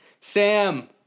Sam